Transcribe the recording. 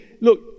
Look